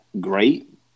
great